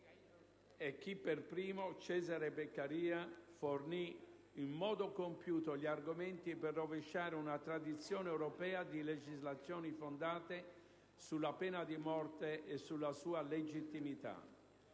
- chi per primo fornì in modo compiuto gli argomenti per rovesciare una tradizione europea di legislazioni fondate sulla pena di monte e sulla sua legittimità.